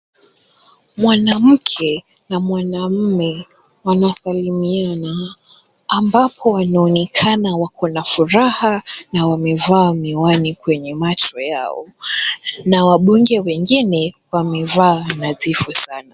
Mwanamke na mwanamume, wanasalimiana, ambapo wanaonekana wako na furaha na wamevaa miwani kwenye macho yao na wabunge wengine wamevaa nadhifu sana.